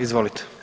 Izvolite.